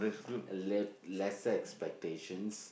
a let lesser expectations